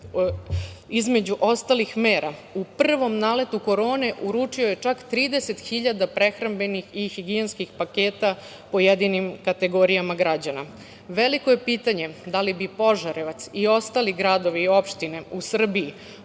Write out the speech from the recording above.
Između ostalih mera, u prvom naletu korone uručio je čak 30 hiljada prehrambenih i higijenskih paketa pojedinim kategorijama građana. Veliko je pitanje da li bi Požarevac, i ostali gradovi i opštine u Srbiji